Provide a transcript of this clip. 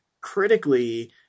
critically